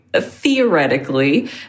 theoretically